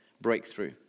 breakthrough